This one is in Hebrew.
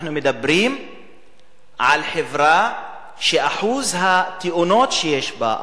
אנחנו מדברים על חברה שאחוז התאונות שיש בה,